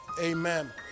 amen